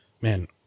man